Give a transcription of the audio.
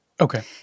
Okay